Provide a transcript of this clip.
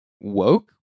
woke